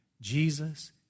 Jesus